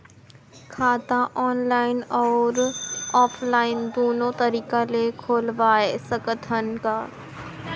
खाता ऑनलाइन अउ ऑफलाइन दुनो तरीका ले खोलवाय सकत हन का?